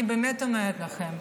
אני, באמת, אומרת לכם: